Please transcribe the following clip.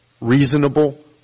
reasonable